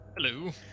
hello